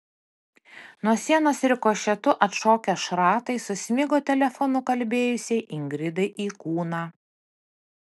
nuo sienos rikošetu atšokę šratai susmigo telefonu kalbėjusiai ingridai į kūną